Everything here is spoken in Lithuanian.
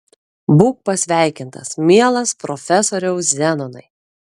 būk pasveikintas mielas profesoriau zenonai